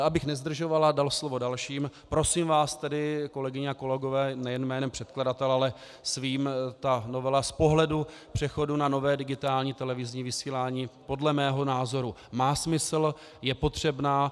Abych nezdržoval a dal slovo dalším, prosím vás tedy, kolegyně a kolegové, nejen jménem předkladatele, ale svým, novela z pohledu přechodu na nové digitální televizní vysílání podle mého názoru má smysl, je potřebná.